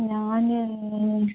ഞാൻ